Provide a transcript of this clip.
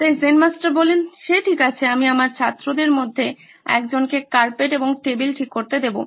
তাই Zen master বললেন সে ঠিক আছে আমি আমার ছাত্রদের মধ্যে একজনকে কার্পেট এবং টেবিল ঠিক করতে দেব